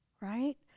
right